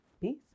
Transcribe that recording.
Peace